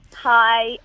Hi